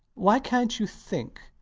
why cant you think?